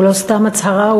הוא לא סתם הצהרה,